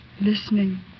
listening